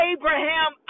Abraham